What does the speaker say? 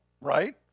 right